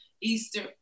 Easter